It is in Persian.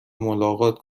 ملاقات